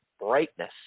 brightness